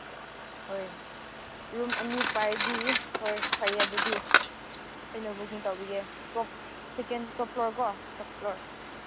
ꯍꯣꯏ ꯔꯨꯝ ꯑꯅꯤ ꯄꯥꯏꯔꯗꯤ ꯍꯣꯏ ꯐꯩꯌꯦ ꯑꯗꯨꯗꯤ ꯑꯩꯅ ꯕꯨꯛꯀꯤꯡ ꯇꯧꯕꯤꯒꯦ ꯇꯣꯞ ꯁꯦꯀꯦꯟ ꯇꯣꯞꯐ꯭ꯂꯣꯔ ꯀꯣ ꯇꯣꯞꯐ꯭ꯂꯣꯔ